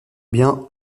bien